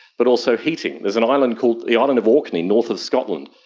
but also heating. there is an island called the island of orkney north of scotland,